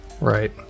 Right